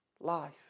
life